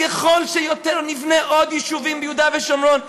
ככל שנבנה עוד יישובים ביהודה ושומרון,